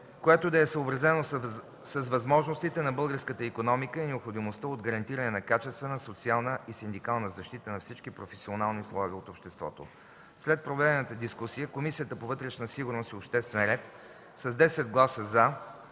което да е съобразено с възможностите на българската икономика и необходимостта от гарантиране на качествена социална и синдикална защита на всички професионални слоеве от обществото. След проведената дискусия Комисията по вътрешна сигурност и обществен ред с 10 гласа „за”